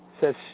says